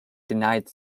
denied